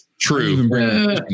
true